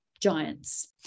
giants